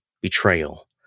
betrayal